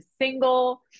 single